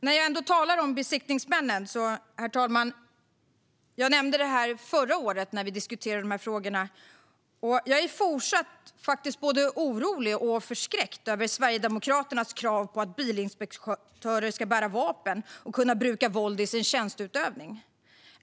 När jag ändå talar om besiktningsmännen, herr talman - är jag, som jag nämnde förra året när vi diskuterade dessa frågor, fortsatt både orolig och förskräckt över Sverigedemokraternas krav på att bilinspektörer ska bära vapen och kunna bruka våld i sin tjänsteutövning.